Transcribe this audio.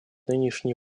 нынешние